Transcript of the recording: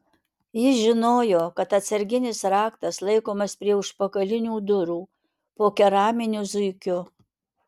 jis žinojo kad atsarginis raktas laikomas prie užpakalinių durų po keraminiu zuikiu